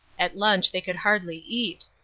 at lunch they could hardly eat.